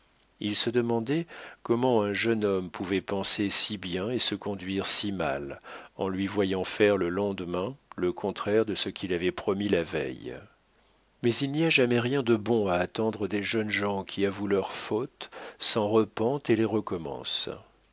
il se demandait comment un jeune homme pouvait penser si bien et se conduire si mal en lui voyant faire le lendemain le contraire de ce qu'il avait promis la veille mais il n'y a jamais rien de bon à attendre des jeunes gens qui avouent leurs fautes s'en repentent et les recommencent